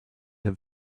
had